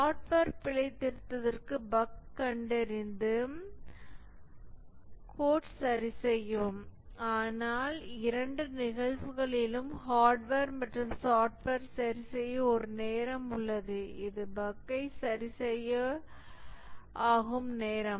software பிழைத்திருத்தத்திற்கு bug கண்டறிந்து code சரிசெய்யவும் ஆனால் இரண்டு நிகழ்வுகளிலும் ஹார்ட்வேர் மற்றும் சாப்ட்வேர் சரிசெய்ய ஒரு நேரம் உள்ளது இது பஃக்யை சரிசெய்ய ஆகும் நேரம்